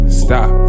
stop